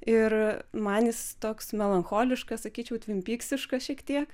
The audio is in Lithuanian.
ir man jis toks melancholiškas sakyčiau tvimpyksiškas šiek tiek